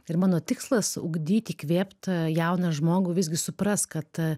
ir mano tikslas ugdyt įkvėpt jauną žmogų visgi suprast kad